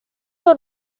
were